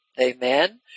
Amen